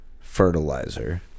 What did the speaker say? fertilizer